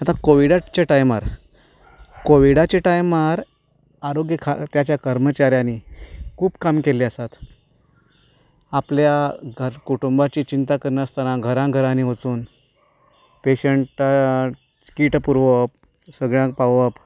आतां कोविडाच्या टायमार कोविडाच्या टायमार आरोग्य खात्याच्या कर्मचाऱ्यांनी खूब काम केल्लें आसात आपल्या घर कुटुंबाची चिंता करिनासतना घराघरांनी वचून पेशंट कीट पुरवप सगल्यांक पावोवप